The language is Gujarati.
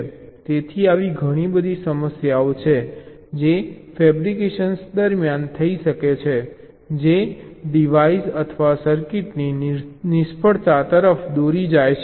તેથી આવી ઘણી બધી સમસ્યાઓ છે જે ફેબ્રિકેશન દરમિયાન થઈ શકે છે જે ડિવાઇસ અથવા સર્કિટની નિષ્ફળતા તરફ દોરી શકે છે